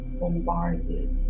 bombarded